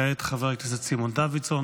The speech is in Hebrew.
כעת חבר הכנסת סימון דוידסון,